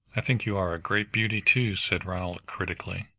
i think you are a great beauty too, said ronald critically.